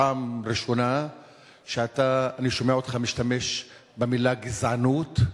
פעם ראשונה שאני שומע אותך משתמש במלה "גזענות",